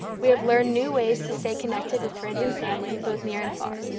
we have learned new ways to stay connected with friends and family, both near and far,